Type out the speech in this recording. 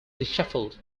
dishevelled